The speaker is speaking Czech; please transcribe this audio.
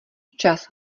čas